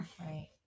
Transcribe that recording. right